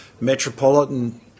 metropolitan